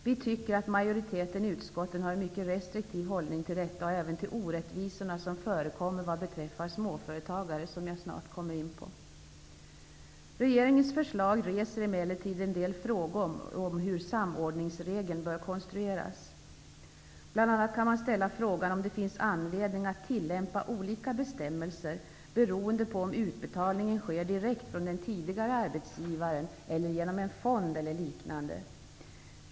Vi tycker att majoriteten i utskottet har en mycket restriktiv hållning till detta och även till orättvisorna som förekommer vad beträffar småföretagare, som jag snart kommer att gå in på. Regeringens förslag reser emellertid en del frågor om hur samordningsregeln bör konstrueras. Bl.a. kan man ställa frågan om det finns anledning att tillämpa olika bestämmelser beroende på om utbetalningen sker direkt från den tidigare arbetsgivaren eller genom en fond eller liknande.